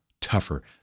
tougher